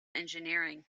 engineering